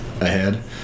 ahead